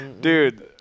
Dude